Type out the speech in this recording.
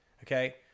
okay